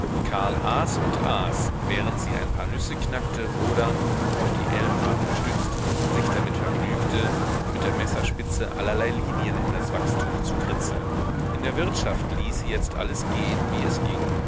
karl aß und aß während sie ein paar nüsse knackte oder auf die ellenbogen gestützt sich damit vergnügte mit der messerspitze allerlei linien in das wachstuch zu kritzeln in der wirtschaft ließ sie jetzt alles gehen wie es ging